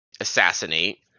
assassinate